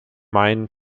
main